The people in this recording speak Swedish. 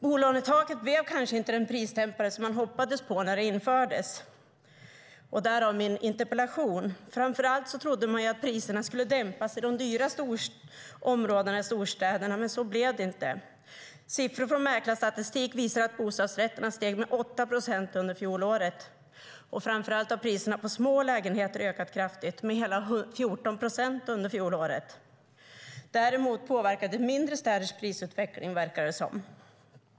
Bolånetaket blev kanske inte den prisdämpare som man hoppades på när det infördes, därav min interpellation. Framför allt trodde man att priserna skulle dämpas i de dyra områdena i storstäderna, men så blev det inte. Siffror från Svensk Mäklarstatistik visar att bostadsrätterna steg med 8 procent under fjolåret. Framför allt har priserna på små lägenheter ökat kraftigt, med hela 14 procent under fjolåret. Däremot påverkade det prisutvecklingen i mindre städer, verkar det som.